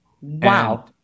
Wow